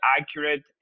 accurate